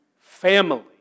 family